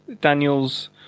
Daniel's